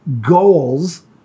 goals